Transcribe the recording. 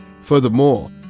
Furthermore